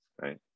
right